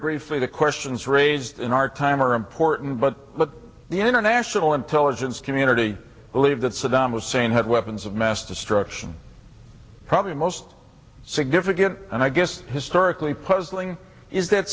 gravely the questions raised in our time are important but what the international intelligence community believed that saddam hussein had weapons of mass destruction probably most significant and i guess historically puzzling is that